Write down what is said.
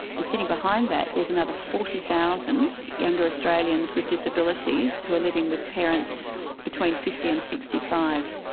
and sitting behind that there's another forty thousand younger australians with disabilities who are living with parents between fifty and sixty five.